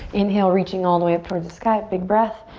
inhale, reaching all the way up toward the sky, big breath.